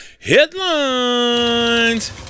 Headlines